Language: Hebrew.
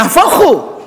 נהפוך הוא,